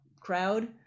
crowd